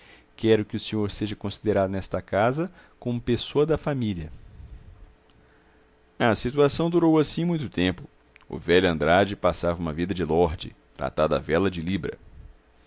quero que o senhor seja considerado nesta casa como pessoa da família a situação durou assim muito tempo o velho andrade passava uma vida de lorde tratado a vela de libra